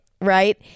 right